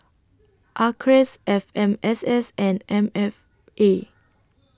Acres F M S S and M F A